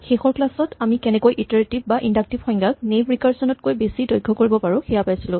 শেষৰ ক্লাচ ত আমি কেনেকৈ ইটাৰেটিভ বা ইন্ডাক্টিভ সংজ্ঞাক নেইভ ৰিকাৰচন তকৈ বেছি দক্ষ কৰিব পাৰো সেয়া পাইছিলো